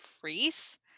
freeze